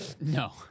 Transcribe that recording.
No